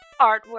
artwork